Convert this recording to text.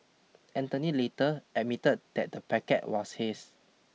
Anthony later admitted that the packet was his